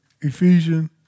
Ephesians